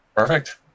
Perfect